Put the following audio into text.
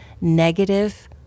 negative